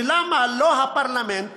ולמה שהפרלמנט